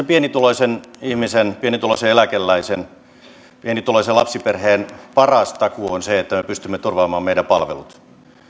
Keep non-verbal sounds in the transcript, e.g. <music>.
<unintelligible> pienituloisen ihmisen pienituloisen eläkeläisen pienituloisen lapsiperheen paras takuu on se että me pystymme turvaamaan meidän palvelut